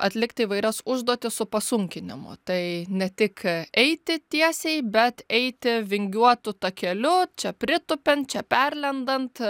atlikti įvairias užduotis su pasunkinimu tai ne tik eiti tiesiai bet eiti vingiuotu takeliu čia pritupiant čia perlendant